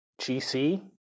GC